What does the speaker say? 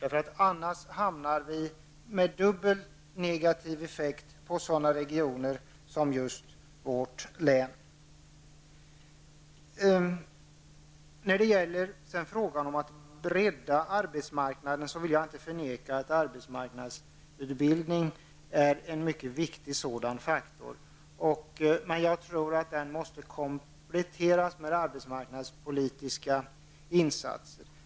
Sådana regioner som vårt län drabbas annars med dubbel negativ effekt. När det gäller frågan om att bredda arbetsmarknaden vill jag inte förneka att arbetsmarknadsutbildningen utgör en mycket viktig faktor. Jag tror dock att den måste kompletteras med arbetsmarknadspolitiska insatser.